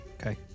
Okay